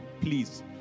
please